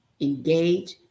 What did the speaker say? engage